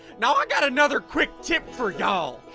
now, i got another quick tip for y'all.